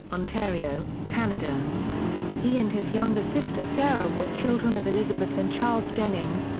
ontario, canada he and his younger sister sarah were children of elizabeth and charles jennings,